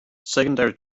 secondary